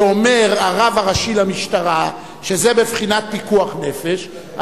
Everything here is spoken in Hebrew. ואומר הרב הראשי למשטרה שזה בבחינת פיקוח נפש,